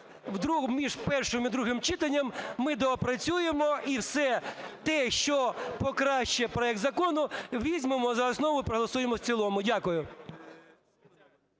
другому… між першим і другим читанням ми доопрацюємо, і все те, що покращує проект закону, візьмемо за основу і проголосуємо в цілому. Дякую.